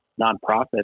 nonprofit